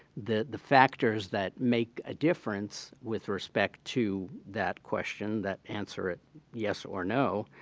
the the factors that make a difference with respect to that question, that answer yes or no,